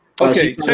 Okay